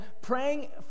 praying